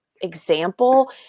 example